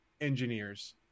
engineers